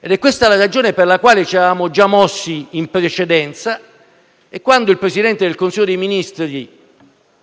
È questa la ragione per la quale ci eravamo già mossi in precedenza e quando il Presidente del Consiglio dei ministri,